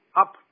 up